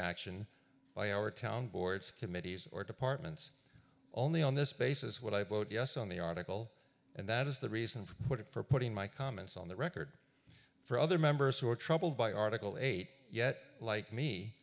action by our town boards committees or departments only on this basis what i vote yes on the article and that is the reason for what for putting my comments on the record for other members who are troubled by article eight yet like me